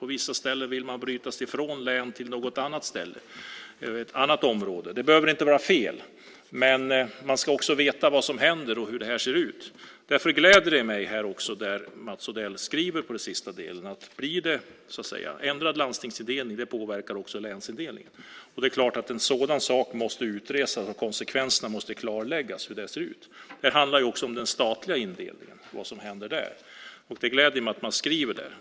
På vissa ställen vill man bryta sig ur ett län till något annat ställe, något annat område. Det behöver inte vara fel, men man ska veta vad som händer och hur det ser ut. Därför gläder mig det som Mats Odell säger på slutet, att ändrad landstingsindelning påverkar länsindelningen. Det är klart att en sådan sak måste utredas. Konsekvenserna måste klarläggas. Det handlar också om den statliga indelningen och vad som händer där. Det gläder mig att man säger det.